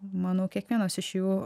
manau kiekvienas iš jų